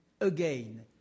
again